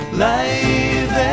life